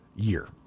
year